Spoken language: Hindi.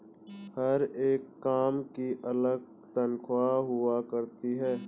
हर एक काम की अलग तन्ख्वाह हुआ करती है